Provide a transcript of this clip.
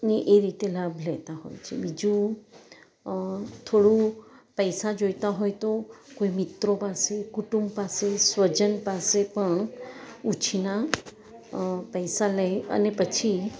ને એ રીતે લાભ લેતા હોય છે બીજું થોડું પૈસા જોઈતા હોય તો કોઈ મિત્રો પાસે કુટુંબ પાસે સ્વજન પાસે પણ ઉછીના પૈસા લઈ અને પછી